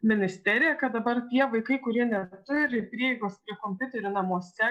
ministerija kad dabar tie vaikai kurie neturi prieigos prie kompiuterių namuose